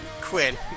Quinn